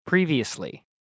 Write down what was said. previously